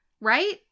right